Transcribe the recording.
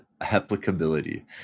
applicability